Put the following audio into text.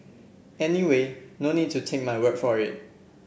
anyway no need to take my word for it